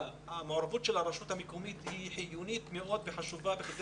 המעורבות של הרשות המקומית היא חיונית מאוד וחשובה כדי